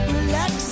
Relax